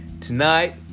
Tonight